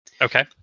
okay